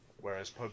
whereas